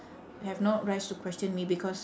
have no rights to question me because